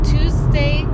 Tuesday